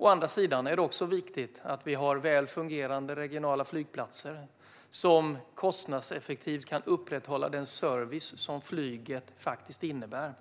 Å andra sidan är det viktigt att vi har väl fungerande regionala flygplatser som kostnadseffektivt kan upprätthålla den service som flyget faktiskt innebär.